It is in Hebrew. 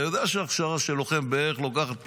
אתה יודע שהכשרה של לוחם בצבא לוקחת בערך,